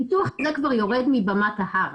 הפיתוח הזה כבר יורד מבמת ההר.